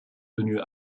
tenue